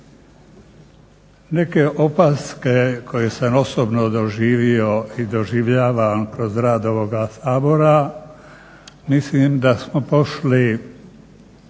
Neke opaske koje sam osobno doživio i doživljavam kroz rad ovoga Sabora mislim da smo pošli